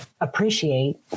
appreciate